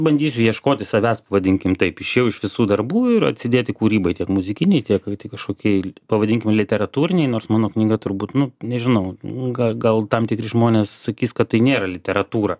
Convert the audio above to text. bandysiu ieškoti savęs pavadinkim taip išėjau iš visų darbų ir atsidėti kūrybai tiek muzikinei tiek kažkokiai pavadinkim literatūrinei nors mano knyga turbūt nu nežinau ga gal tam tikri žmonės sakys kad tai nėra literatūra